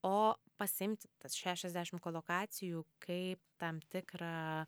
o pasiimti tas šešiasdešim kolokacijų kaip tam tikrą